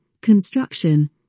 construction